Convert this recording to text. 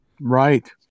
Right